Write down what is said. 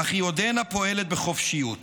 אך היא עודנה פועלת בחופשיות.